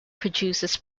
produces